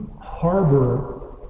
harbor